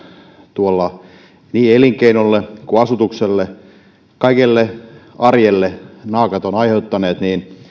tuolla niin elinkeinolle kuin asutukselle kaikelle arjelle naakat ovat aiheuttaneet